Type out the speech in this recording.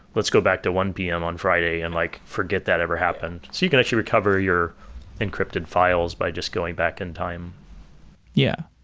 let's go back to one zero p m. on friday and like forget that ever happened. you can actually recover your encrypted files by just going back in time yeah.